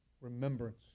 remembrance